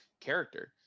character